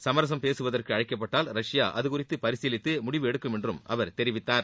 சமரசம் பேசுவதற்கு அழைக்கப்பட்டால் ரஷ்யா அது குறித்து பரிசீலித்து முடிவெடுக்கும் என்றும் அவர் தெரிவித்தார்